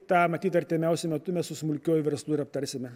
tą matyt artimiausiu metu mes su smulkiuoju verslu ir aptarsime